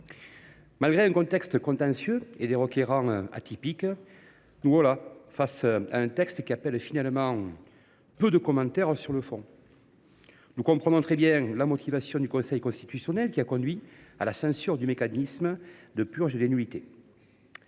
malgré un contexte contentieux et des requérants atypiques, nous voilà face à un texte qui appelle finalement peu de commentaires sur le fond. Nous comprenons très bien la motivation du Conseil constitutionnel qui a conduit à la censure du mécanisme de purge des nullités.